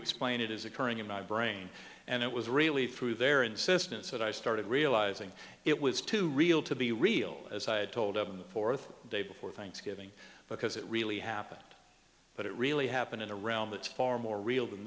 explain it is occurring in my brain and it was really through their insistence that i started realizing it was too real to be real as i had told the fourth day before thanksgiving because it really happened but it really happened in a realm that's far more real than